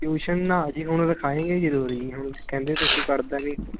tuition ਨਾ ਜੀ ਹੁਣ ਰਖਾਏਗੇ ਜ਼ਰੂਰੀ ਜੀ ਹੁਣ ਕਹਿੰਦੇ ਤੁਸੀਂ ਪੜ੍ਹਦਾ ਨਹੀਂ